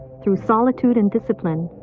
through solitude and discipline,